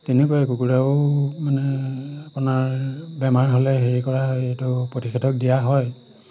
তেনেকুৱাই কুকুৰাও মানে আপোনাৰ বেমাৰ হ'লে হেৰি কৰা হয় এইটো প্ৰতিষেধক দিয়া হয়